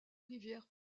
rivière